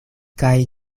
kaj